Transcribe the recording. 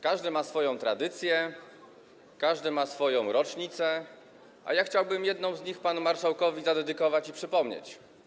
Każdy ma swoją tradycję, każdy ma swoją rocznicę, a ja chciałbym jedną z nich panu marszałkowi zadedykować i przypomnieć.